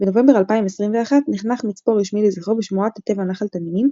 בנובמבר 2021 נחנך מצפור רשמי לזכרו בשמורת הטבע נחל התנינים,